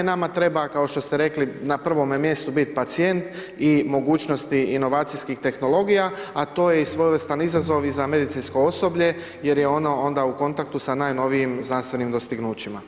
Nama treba kao što ste rekli, na prvome mjestu biti pacijent i mogućnosti inovacijskih tehnologija, a to je svojevrsni izazov i za medicinsko osoblje, jer je ono onda u kontaktu sa najnovijim znanstvenim dostignućima.